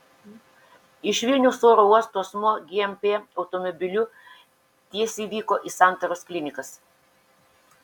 iš vilniaus oro uosto asmuo gmp automobiliu tiesiai vyko į santaros klinikas